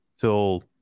till